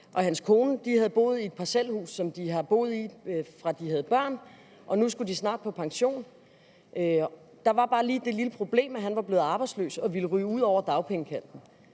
hans kone boede i et parcelhus, som de havde boet i siden dengang, de havde børn, og nu skulle de snart på pension. Der var bare lige det lille problem, at han var blevet arbejdsløs og ville ryge ud over dagpengekanten.